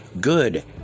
good